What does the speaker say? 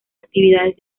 actividades